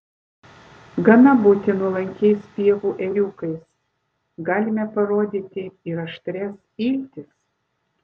gana būti nuolankiais pievų ėriukais galime parodyti ir aštrias iltis